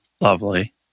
lovely